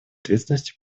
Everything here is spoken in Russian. ответственности